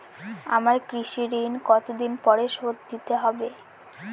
আমার কৃষিঋণ কতদিন পরে শোধ দিতে হবে?